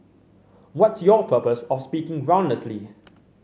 what's your purpose of speaking groundlessly